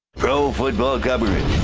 pro football government.